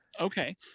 Okay